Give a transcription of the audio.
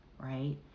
right